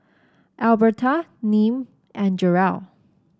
Albertha Nim and Jerrell